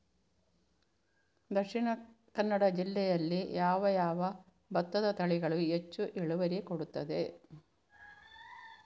ದ.ಕ ಜಿಲ್ಲೆಯಲ್ಲಿ ಯಾವ ಯಾವ ಭತ್ತದ ತಳಿಗಳು ಹೆಚ್ಚು ಇಳುವರಿ ಕೊಡುತ್ತದೆ?